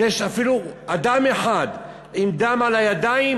שבה אפילו אדם אחד עם דם על הידיים